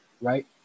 right